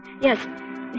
Yes